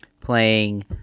playing –